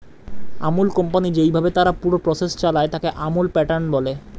আমূল company যেইভাবে তার পুরো প্রসেস চালায়, তাকে আমূল প্যাটার্ন বলে